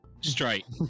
straight